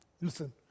Listen